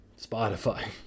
Spotify